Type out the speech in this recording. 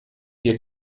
hier